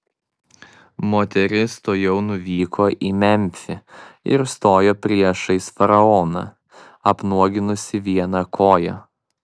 moteris tuojau nuvyko į memfį ir stojo priešais faraoną apnuoginusi vieną koją